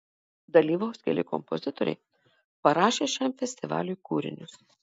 dalyvaus keli kompozitoriai parašę šiam festivaliui kūrinius